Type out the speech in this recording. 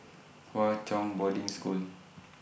Hwa Chong Boarding School